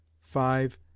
five